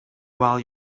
while